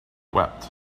wept